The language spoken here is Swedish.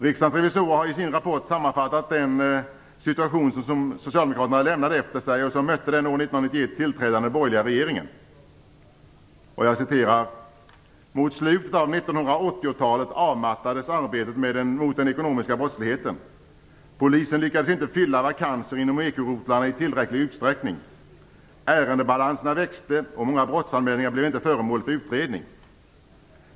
Riksdagens revisorer har i sin rapport sammanfattat den situation som socialdemokraterna lämnade efter sig och som mötte den år 1991 tillträdande borgerliga regeringen: "Mot slutet av 1980-talet avmattades arbetet mot den ekonomiska brottsligheten. Polisen lyckades inte fylla vakanser inom ekorotlarna i tillräcklig utsträckning. Ärendebalanserna växte, och många brottsanmälningar blev inte föremål för utredning.